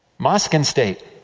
mosque and state.